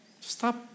Stop